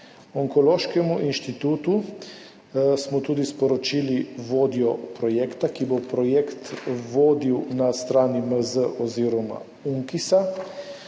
Onkološkemu inštitutu smo tudi sporočili vodjo projekta, ki bo vodil projekt na strani MZ oziroma UNKIZ.